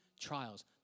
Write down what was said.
trials